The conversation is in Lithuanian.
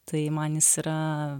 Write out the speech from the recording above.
tai man jis yra